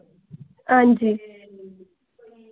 हां जी